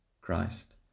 Christ